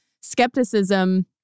skepticism